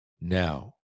Now